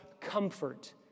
comfort